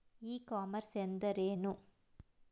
E commerce ಎಂದರೇನು?